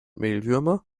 mehlwürmer